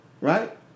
Right